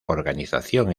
organización